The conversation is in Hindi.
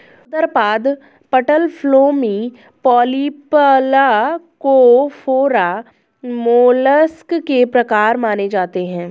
उदरपाद, पटलक्लोमी, पॉलीप्लाकोफोरा, मोलस्क के प्रकार माने जाते है